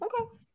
okay